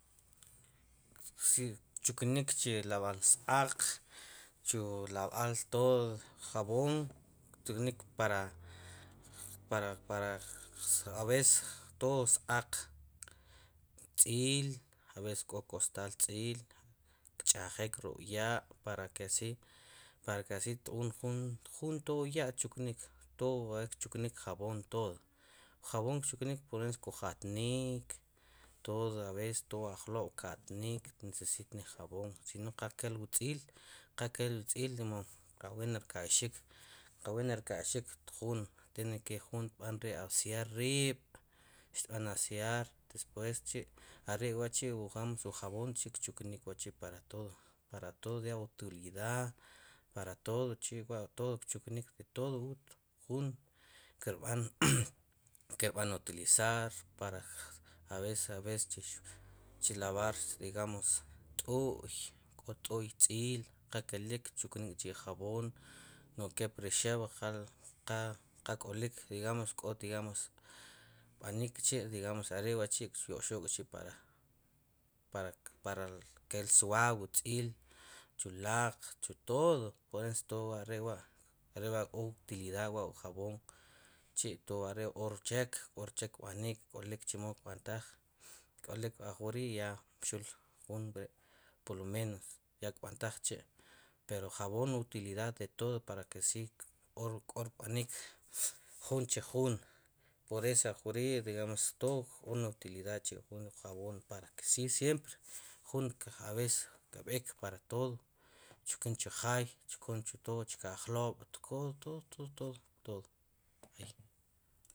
Si tchuknik chi lab'alsqaq chulab'al tod javom kchuknik para para aves tod sqaq tz'il aves ko kostal tz'il kchajik ruk'ya' para ke asi para ke asi jun tod wu ya' tchuknik tod kchuknik javon tod jan kchuknik por lo menos kojatnik tod aves aj lob' katnik nesesitna javon qa kelwu tz'il qakel wu tz'il qawuen rkayxin ju qawuen rkaxik tieneke jun tb'anri asiar rib' xb' an asiar depues chi' arewachi wun javon kchuknik para tod para tod utilidad para tod wachi kchuknik tod jun kerb'an utilisar para aves aves chilavar digams tu'y ko tu'y tz'il qa kelik kchuknik kchi javon nu' keple xew qal qakolik digams ko digams kb'anik chi digams arewachi kyoqxok para kel swaw wu tz'il chulaq chu tod pue arewa ko utilidad wa wun javon chi are wa k'orchek k'orchek kb'anik kemo kb'antaj kolik akori ya mxul jun ri npoloms kb'antaj chi pero javon utilidad de tod para ke si korb'anik jun chi jun aves ajkori tod ko utilid wu javon para ke si siempr jun avers kb'ek tod kchun ke jay kchunche tod chke ajklob' tod tod